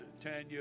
Tanya